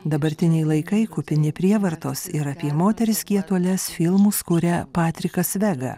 dabartiniai laikai kupini prievartos ir apie moteris kietuoles filmus kuria patrikas vega